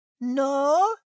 No